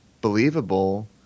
believable